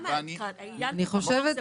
זו